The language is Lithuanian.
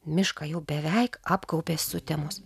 mišką jau beveik apgaubė sutemos